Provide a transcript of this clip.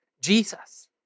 Jesus